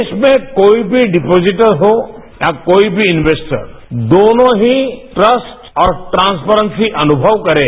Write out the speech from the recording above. देश में कोई भी डिपाजिटर हो या कोई भी इन्वेजटर्स दोनों ही ट्रस्ट और ट्रांसपेर्सी अनुमव करे